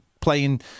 playing